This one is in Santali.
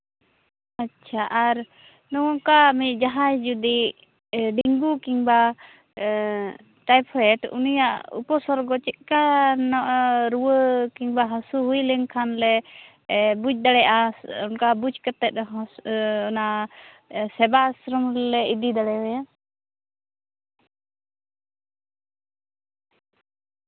ᱟᱪᱪᱷᱟ ᱟᱨ ᱱᱚᱝᱠᱟᱱᱤᱡ ᱡᱟᱦᱟᱸᱭ ᱡᱩᱫᱤ ᱮᱸᱜ ᱰᱮᱝᱜᱩ ᱠᱤᱝᱵᱟ ᱴᱟᱭᱯᱷᱚᱭᱮᱰ ᱩᱱᱤᱭᱟᱜ ᱩᱯᱚᱥᱚᱨᱜᱚ ᱪᱮᱫ ᱞᱮᱠᱟᱱᱟᱜ ᱨᱩᱣᱟᱹ ᱠᱤᱝᱵᱟ ᱦᱟᱥᱩ ᱦᱩᱭ ᱞᱮᱱ ᱠᱷᱟᱱ ᱞᱮ ᱮᱸ ᱵᱩᱡ ᱫᱟᱲᱮᱭᱟᱜᱼᱟ ᱚᱱᱠᱟ ᱵᱩᱡ ᱠᱟᱛᱮᱫ ᱦᱚᱸ ᱚᱱᱟ ᱥᱮᱵᱟ ᱟᱥᱨᱚᱢ ᱨᱮᱞᱮ ᱤᱫᱤ ᱫᱟᱲᱮᱭᱟᱭᱟ